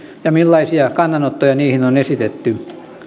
ja millaisia kannanottoja niihin on esitetty